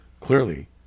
clearly